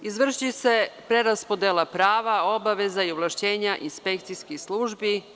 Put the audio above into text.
Izvršiće se preraspodela prava, obaveza i ovlašćenja inspekcijskih službi.